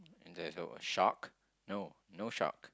and there's a shark no no shark